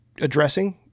Addressing